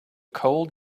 cold